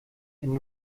wenn